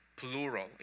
Plural